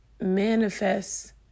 manifest